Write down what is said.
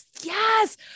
Yes